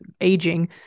aging